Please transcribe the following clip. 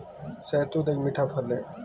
शहतूत एक मीठा फल है